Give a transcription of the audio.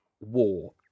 war